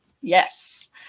Yes